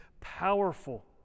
powerful